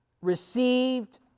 received